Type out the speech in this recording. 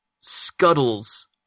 scuttles